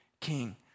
king